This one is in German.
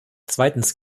zweitens